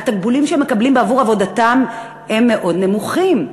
התקבולים שהם מקבלים בעבור עבודתם הם מאוד נמוכים,